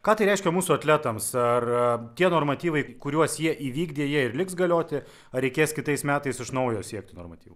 ką tai reiškia mūsų atletams ar tie normatyvai kuriuos jie įvykdė jie ir liks galioti ar reikės kitais metais iš naujo siekti normatyvų